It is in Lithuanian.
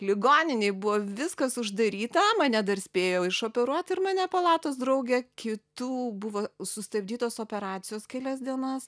ligoninėj buvo viskas uždaryta mane dar spėjo išoperuot ir mane palatos draugę kitų buvo sustabdytos operacijos kelias dienas